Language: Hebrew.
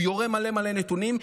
הוא יורה מלא מלא נתונים,